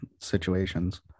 Situations